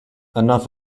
enough